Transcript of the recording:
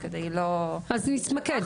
אז נתמקד.